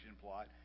plot